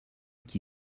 qui